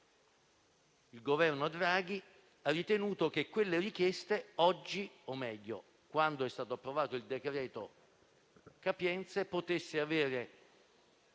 il Governo Draghi, ha ritenuto che tali richieste oggi, o meglio quando è stato approvato il decreto capienze, potessero avere